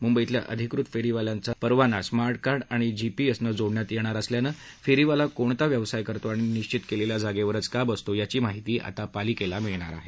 मुंबईतल्या अधिकृत फेरीवाल्यांचा परवाना स्मार्ट कार्ड आणि जीपीएसनं जोडण्यात येणार असल्यानं फेरीवाला कोणता व्यवसाय करतो आणि निश्चित केलेल्या जागेवरच बसतो का याची माहिती पालिकेला मिळणार आहे